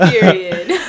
Period